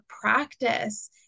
practice